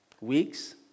weeks